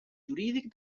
jurídic